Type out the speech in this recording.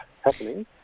happening